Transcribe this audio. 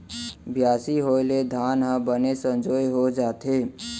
बियासी होय ले धान ह बने संजोए हो जाथे